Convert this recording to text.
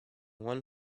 one